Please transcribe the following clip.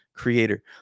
creator